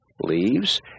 leaves